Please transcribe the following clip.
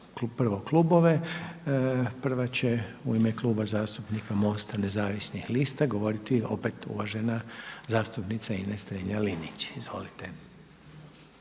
prvo klubove. Prva je u ime Kluba zastupnika MOST-a Nezavisnih lista govoriti opet uvažena zastupnica Ines Strenja-Linić. Izvolite.